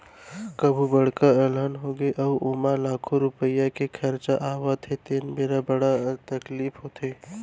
कभू बड़का अलहन होगे अउ ओमा लाखों रूपिया के खरचा आवत हे तेन बेरा बड़ तकलीफ होथे